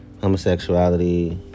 homosexuality